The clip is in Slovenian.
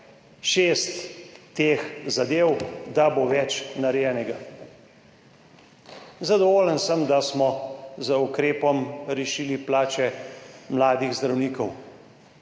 teh zadev, da bo več narejenega. Zadovoljen sem, da smo z ukrepom rešili plače mladih zdravnikov.